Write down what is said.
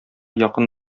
якын